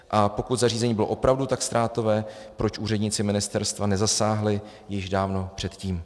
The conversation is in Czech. A pokud zařízení bylo opravdu tak ztrátové, proč úředníci ministerstva nezasáhli již dávno předtím?